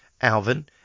Alvin